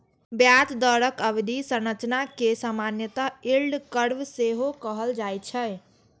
ब्याज दरक अवधि संरचना कें सामान्यतः यील्ड कर्व सेहो कहल जाए छै